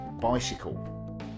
bicycle